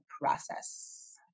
process